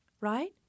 Right